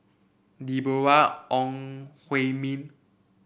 Deborah Ong Hui Min